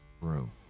room